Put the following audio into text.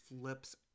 flips